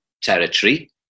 territory